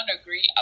agree